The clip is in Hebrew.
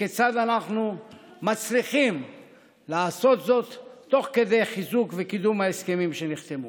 וכיצד אנחנו מצליחים לעשות זאת תוך כדי חיזוק וקידום ההסכמים שנחתמו.